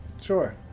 sure